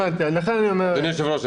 לכן אני אומר --- אדוני היושב-ראש,